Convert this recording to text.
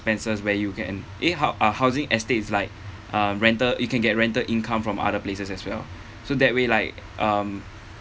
expenses where you can eh how uh housing estates like um rental you can get rental income from other places as well so that way like um